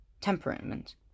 temperament